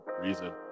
reason